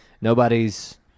Nobody's